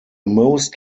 most